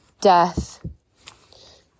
death